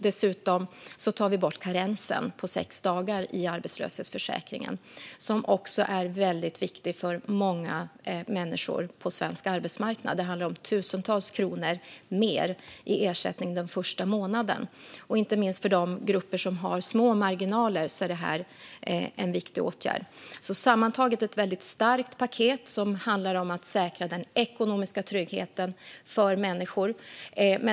Dessutom tar vi bort karensen på sex dagar i arbetslöshetsförsäkringen, som också är väldigt viktig för många människor på svensk arbetsmarknad. Det handlar om tusentals kronor mer i ersättning den första månaden. Inte minst för de grupper som har små marginaler är detta en viktig åtgärd. Sammantaget är det ett starkt paket som handlar om att säkra den ekonomiska tryggheten för människor.